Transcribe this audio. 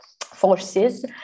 forces